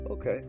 Okay